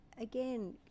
Again